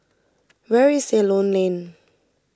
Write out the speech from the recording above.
where is Ceylon Lane